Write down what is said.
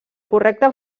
correcte